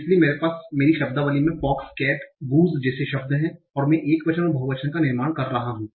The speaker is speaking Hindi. इसलिए मेरे पास मेरी शब्दावली में फॉक्स केट गूस जैसे शब्द हैं और मैं एकवचन और बहुवचन का निर्माण कर रहा हूं